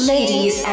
Ladies